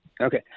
Okay